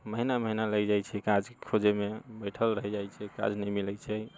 महिना महिना लागि जाइत छै काजके खोजै मे बैठल रहि जाइत छै काज नहि मिलैत छै